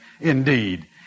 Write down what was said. Indeed